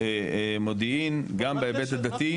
מודיעין גם בהיבט הדתי.